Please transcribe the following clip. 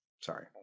Sorry